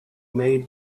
may